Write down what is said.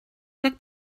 deg